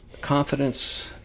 confidence